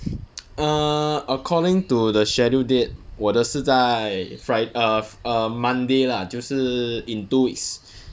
err according to the schedule date 我的是在 fri~ err um monday lah 就是 in two weeks